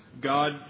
God